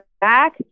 back